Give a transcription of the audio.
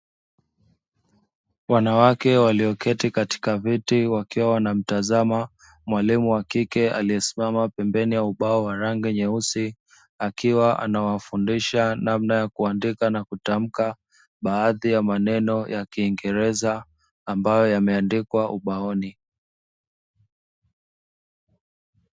Wanawake walioketi katika viti wakiwa wanamtazama mwalimu wa kike aliesimama pembeni ya ubao wa rangi nyeusi, akiwa anawafundisha namna yakuandika na kutamka baadhi ya maneno ya kiingereza ambayo yameandikwa ubaoni.